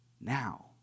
now